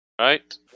Right